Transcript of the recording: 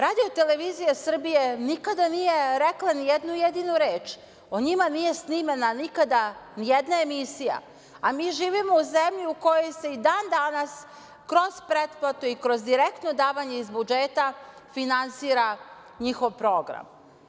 Radio-televizija Srbije nikada nije rekla ni jednu jedinu reč, o njima nije snimana nikada ni jedna emisija, a mi živimo u zemlji u kojoj se i dan danas kroz pretplatu i kroz direktno davanje iz budžeta finansira njihov program.